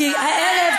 כי הערב,